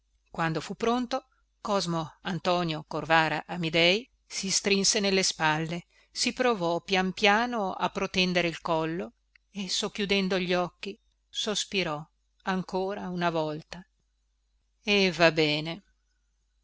quando fu pronto cosmo antonio corvara amidei si strinse nelle spalle si provò pian piano a protendere il collo e socchiudendo gli occhi sospirò ancora una volta e va bene